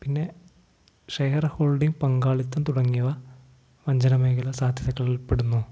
പിന്നെ shareholding പങ്കാളിത്തം തുടങ്ങിയവ വഞ്ചനമേഖല സാധ്യതകളിൽപ്പെടുന്നു